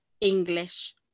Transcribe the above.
English